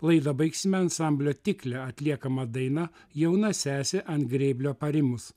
laidą baigsime ansamblio tiklė atliekama daina jauna sesė ant grėblio parimus